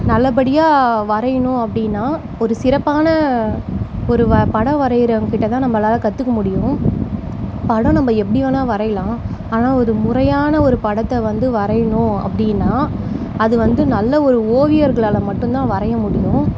நல்ல படியாக வரையணும் அப்படின்னா ஒரு சிறப்பான ஒரு வ படம் வரைகிறவங்கிட்ட தான் நம்மளால் கற்றுக்க முடியும் படம் நம்ம எப்படி வேணுணா வரையலாம் ஆனால் ஒரு முறையான ஒரு படத்தை வந்து வரையணும் அப்படின்னா அது வந்து நல்ல ஒரு ஓவியர்களால் மட்டுந்தான் வரைய முடியும்